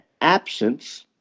absence